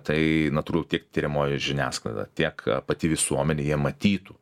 tai natūralu tiek tiriamoji žiniasklaida tiek pati visuomenė jie matytų